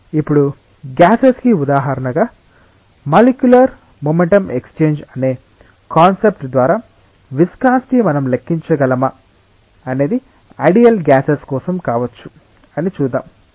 ఇప్పుడు గ్యాసెస్ కి ఉదాహరణగా మాలిక్యూలర్ మొమెంటం ఎక్స్చేంజ్ అనే కాన్సెప్ట్ ద్వారా విస్కాసిటిని మనం లెక్కించగలమా అనేది ఐడియల్ గ్యాసెస్ కోసం కావచ్చు అని చూద్దాం